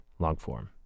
LONGFORM